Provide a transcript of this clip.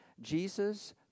Jesus